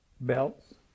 belts